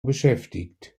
beschäftigt